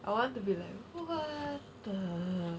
I want to be like